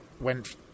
went